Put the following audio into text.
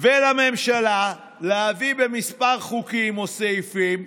ולממשלה להביא בכמה חוקים או סעיפים,